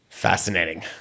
Fascinating